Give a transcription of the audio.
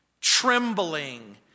trembling